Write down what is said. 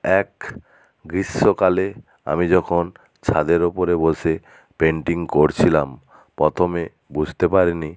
এক গ্রীষ্মকালে আমি যখন ছাদের ওপরে বসে পেন্টিং করছিলাম প্রথমে বুঝতে পারিনি